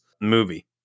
movie